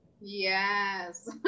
Yes